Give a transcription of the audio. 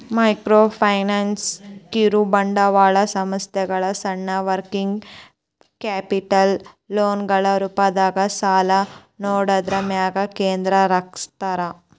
microfinance ಕಿರುಬಂಡವಾಳ ಸಂಸ್ಥೆಗಳ ಸಣ್ಣ ವರ್ಕಿಂಗ್ ಕ್ಯಾಪಿಟಲ್ ಲೋನ್ಗಳ ರೂಪದಾಗ ಸಾಲನ ನೇಡೋದ್ರ ಮ್ಯಾಲೆ ಕೇಂದ್ರೇಕರಸ್ತವ